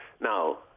Now